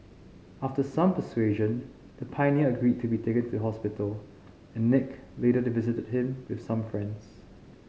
after some persuasion the pioneer agreed to be taken to hospital and Nick later visited him with some friends